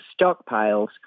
stockpiles